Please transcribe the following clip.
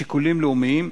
משיקולים לאומיים,